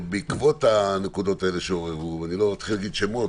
בעקבות הנקודות האלה שעוררו אני לא אתחיל להגיד שמות,